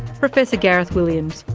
professor gareth williams,